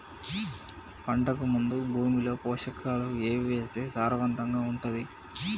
పంటకు ముందు భూమిలో పోషకాలు ఏవి వేస్తే సారవంతంగా ఉంటది?